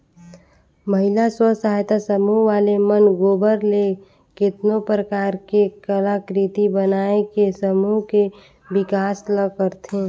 महिला स्व सहायता समूह वाले मन गोबर ले केतनो परकार के कलाकृति बनायके समूह के बिकास ल करथे